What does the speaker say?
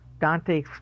Dante